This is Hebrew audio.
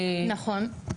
נכון.